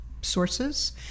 sources